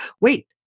Wait